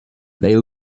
they